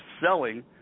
selling